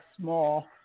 small